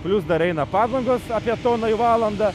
plius dar eina padangos apie toną į valandą